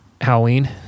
Halloween